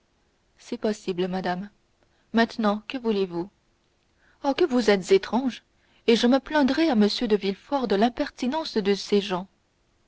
c'est possible madame maintenant que voulez-vous oh que vous êtes étrange et je me plaindrai à m de villefort de l'impertinence de ses gens